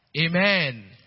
Amen